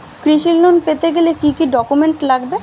কৃষি লোন পেতে গেলে কি কি ডকুমেন্ট লাগবে?